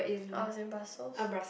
I was in Brussels